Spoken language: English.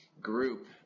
group